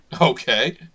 Okay